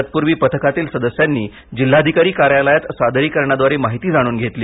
तत्पूर्वी पथकातील सदस्यांनी जिल्हाधिकारी कार्यालयात सादरीकरणाद्वारे माहिती जाणून घेतली